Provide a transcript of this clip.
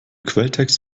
quelltext